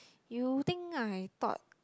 you think I thought